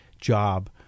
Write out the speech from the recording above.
job